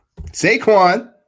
Saquon